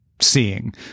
seeing